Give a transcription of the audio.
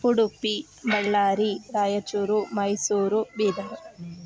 Udupi Ballari Raichur Mysuru Bidar